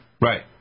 Right